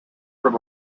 from